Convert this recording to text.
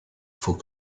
faut